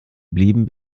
blieben